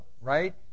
right